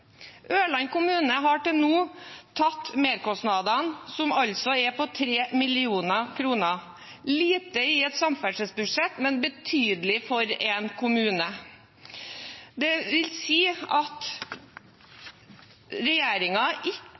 Ørland kommune har til nå tatt merkostnadene, som er på 3 mill. kr. Det er lite i et samferdselsbudsjett, men betydelig for en kommune. Dette viser at